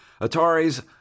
atari's